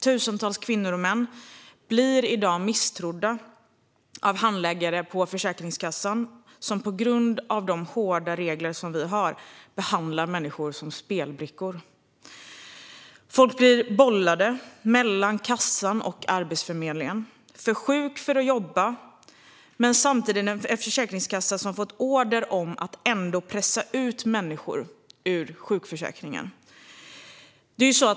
Tusentals kvinnor och män blir i dag misstrodda av handläggare på Försäkringskassan, som på grund av de hårda regler vi har behandlar människor som spelbrickor. Folk blir bollade mellan Försäkringskassan och Arbetsförmedlingen, för sjuka för att jobba men hänvisade till en försäkringskassa som har fått order om att pressa ut människor ur sjukförsäkringen.